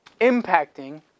impacting